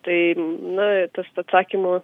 tai na tas atsakymo